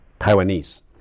Taiwanese